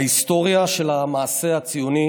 בהיסטוריה של המעשה הציוני